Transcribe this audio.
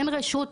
אין רשות,